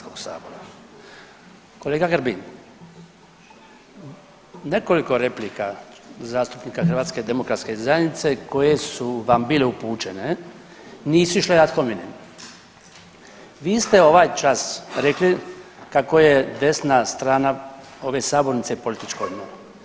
Kolega Grbin, nekoliko replika zastupnika HDZ-a koje su vam bile upućene nisu išle ad hominem, vi ste ovaj čas rekli kako je desna strana ove sabornice političko dno.